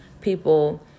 people